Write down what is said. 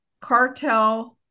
cartel